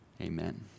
Amen